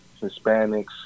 Hispanics